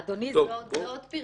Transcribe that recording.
אדוני, זו עוד פרצה.